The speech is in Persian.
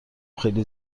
خیلی